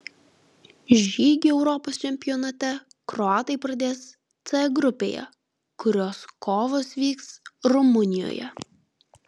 žygį europos čempionate kroatai pradės c grupėje kurios kovos vyks rumunijoje